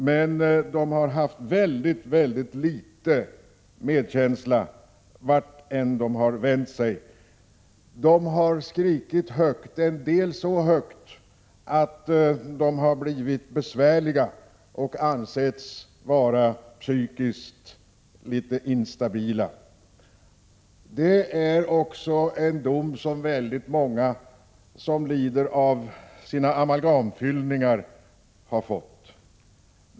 Men de har fått väldigt litet medkänsla vart de än har vänt sig. De har skrikit högt, en del så högt att de ansetts besvärliga och psykiskt litet instabila. Detta är en dom som väldigt många som lider av sina amalgamfyllningar har fått.